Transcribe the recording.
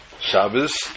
Shabbos